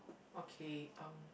okay um